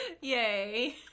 yay